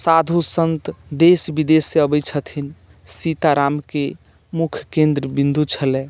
साधु सन्त देश विदेशसँ अबैत छथिन सीतारामके मुख्य केन्द्रबिन्दु छलै